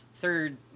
third